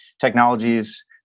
technologies